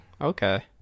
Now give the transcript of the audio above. okay